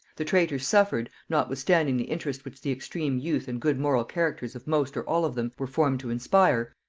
the traitors suffered, notwithstanding the interest which the extreme youth and good moral characters of most or all of them were formed to inspire,